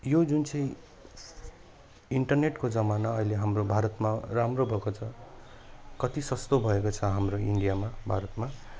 यो जुन चाहिँ इन्टरनेटको जमाना अहिले हाम्रो भारतमा राम्रो भएको छ कति सस्तो भएको छ हाम्रो इन्डियामा भारतमा